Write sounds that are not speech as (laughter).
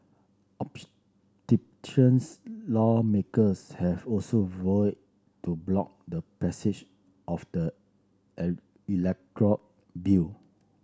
(unintelligible) lawmakers have also vowed to block the passage of the (unintelligible) electoral bill